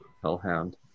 hellhound